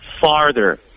farther